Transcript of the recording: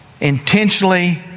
intentionally